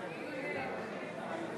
(קורא בשמות חברי הכנסת)